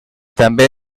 també